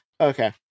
Okay